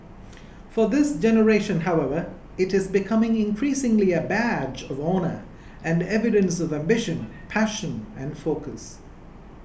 for this generation however it is becoming increasingly a badge of honour and evidence of ambition passion and focus